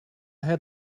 had